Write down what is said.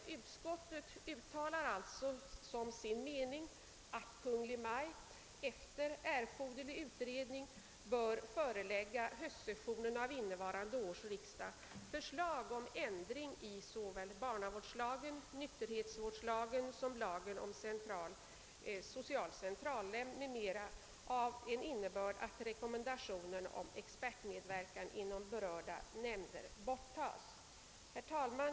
Utskottet uttalar alltså som sin mening att Kungl. Maj:t efter erforderlig utredning bör förelägga höstsessionen av innevarande års riksdag förslag om ändring i såväl barnavårdslagen och nykterhetsvårdslagen som lagen om social centralnämnd m.m. av innebörd att rekommendationen om expertmedverkan inom berörda nämnder borttas. Herr talman!